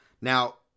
Now